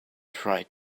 tried